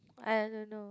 I don't know